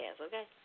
okay